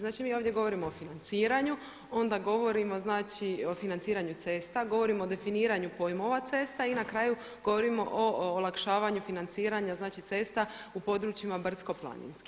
Znači mi ovdje govorimo o financiranju onda govorimo o financiranju cesta, govorimo o definiranju pojmova cesta i na kraju govorimo o olakšavanju financiranja cesta u područjima brdsko-planinskim.